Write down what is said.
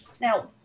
now